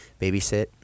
babysit